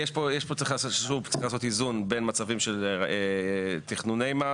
צריך לעשות איזון בין מצבים של תכנוני מס